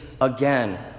again